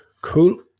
Cool